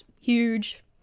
huge